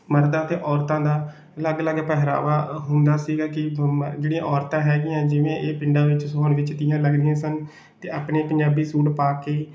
ਮਰਦਾਂ ਅਤੇ ਔਰਤਾਂ ਦਾ ਅਲੱਗ ਅਲੱਗ ਪਹਿਰਾਵਾ ਹੁੰਦਾ ਸੀਗਾ ਕਿ ਜਿਹੜੀਆਂ ਔਰਤਾਂ ਹੈਗੀਆਂ ਜਿਵੇਂ ਇਹ ਪਿੰਡਾਂ ਵਿੱਚ ਸਾਉਣ ਵਿੱਚ ਤੀਆਂ ਲੱਗਦੀਆਂ ਸਨ ਅਤੇ ਆਪਣੇ ਪੰਜਾਬੀ ਸੂਟ ਪਾ ਕੇ